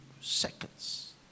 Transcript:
seconds